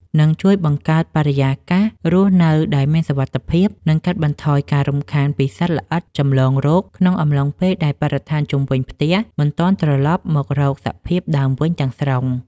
នឹងជួយបង្កើតបរិយាកាសរស់នៅដែលមានសុវត្ថិភាព និងកាត់បន្ថយការរំខានពីសត្វល្អិតចម្លងរោគក្នុងអំឡុងពេលដែលបរិស្ថានជុំវិញផ្ទះមិនទាន់ត្រឡប់មករកសភាពដើមវិញទាំងស្រុង។